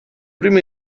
primo